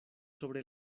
sobre